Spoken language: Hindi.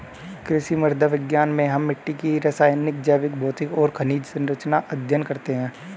कृषि मृदा विज्ञान में हम मिट्टी की रासायनिक, जैविक, भौतिक और खनिज सरंचना का अध्ययन करते हैं